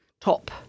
top